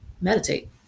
meditate